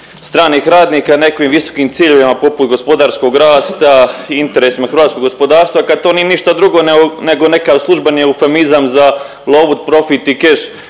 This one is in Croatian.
stranih radnika nekim visokim ciljevima poput gospodarskog rasta i interesima hrvatskog gospodarstva kad to nije ništa drugo nego neka službeni eufemizam za lovu, profit i keš